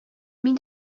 мин